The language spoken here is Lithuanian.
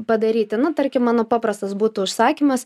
padaryti nu tarkim mano paprastas būtų užsakymas